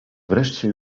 wreszcie